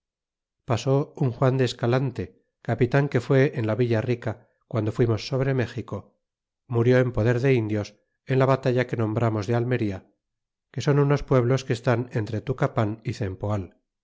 pasó un juan de escalante c apilan que fué en la villarica guando fuimos sobre méxico murió en poder de indios en la batalla que nombramos de almería que son unos pueblos que estan entre tucapan y